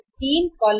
तो ये 3 कॉलम हैं